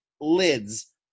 lids